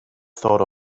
thought